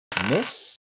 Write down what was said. miss